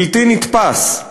בלתי נתפס,